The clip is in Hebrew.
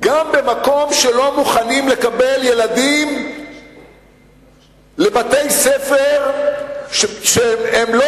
גם במקום שלא מוכנים לקבל ילדים לבתי-ספר שהם לא